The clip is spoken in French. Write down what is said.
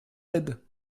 aide